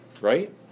Right